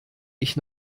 ich